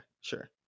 sure